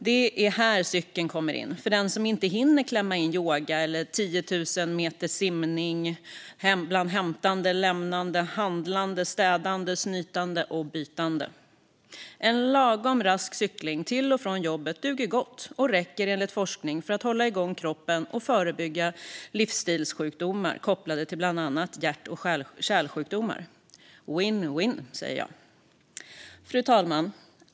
Det är här cykeln kommer in för den som inte hinner klämma in yoga eller 10 000 meters simning bland hämtandet, lämnandet, handlandet, städandet, snytandet och bytandet. En lagom rask cykling till och från jobbet duger gott och räcker enligt forskning för att hålla igång kroppen och förebygga livsstilssjukdomar kopplade till bland annat hjärt och kärlsjukdomar. Win-win, säger jag! Fru talman!